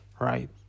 right